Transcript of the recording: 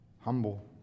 Humble